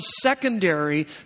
secondary